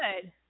good